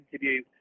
interview